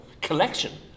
Collection